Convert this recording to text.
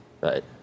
Right